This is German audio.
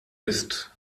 ist